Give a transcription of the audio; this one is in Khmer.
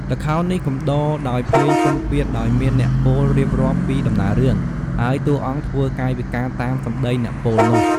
ល្ខោននេះកំដរដោយភ្លេងពិណពាទ្យ ដោយមានអ្នកពោលរៀបរាប់ពីដំណើររឿង ហើយតួអង្គធ្វើកាយវិការតាមសម្ដីអ្នកពោលនោះ។